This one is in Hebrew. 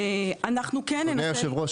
אדוני היושב-ראש,